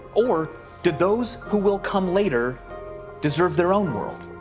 or do those who will come later deserve their own world?